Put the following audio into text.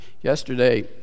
yesterday